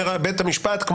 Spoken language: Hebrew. אומר בית המשפט,